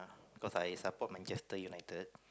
cause I support Manchester-United